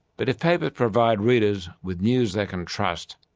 but if papers provide readers with news they can trust,